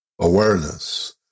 Awareness